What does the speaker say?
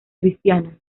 cristiana